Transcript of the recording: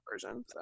version